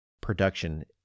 production